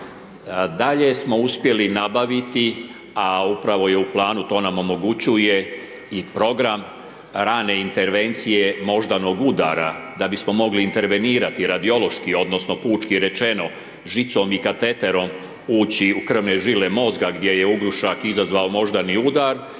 Dalje smo uspjeli nabaviti, a upravo je u planu to nam omogućuje i program rane intervencije moždanog udara. Da bismo mogli intervenirati, radiološki odnosno pučki rečeno žicom i kateterom ući u krvne žile mozga gdje je ugrušak izazvao moždani udar,